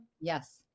Yes